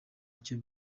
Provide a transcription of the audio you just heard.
icyo